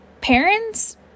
parents